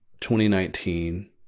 2019